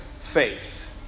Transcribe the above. faith